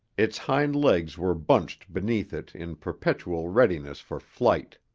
its hind legs were bunched beneath it in perpetual readiness for flight.